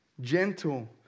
gentle